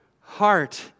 heart